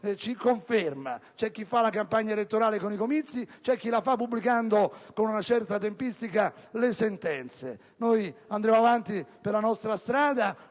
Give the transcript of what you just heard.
C'è chi fa la campagna elettorale con i comizi, c'è chi la fa pubblicando con una certa tempistica le sentenze. Noi andremo avanti per la nostra strada,